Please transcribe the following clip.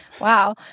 wow